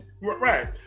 Right